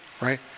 right